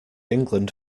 england